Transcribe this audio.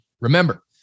Remember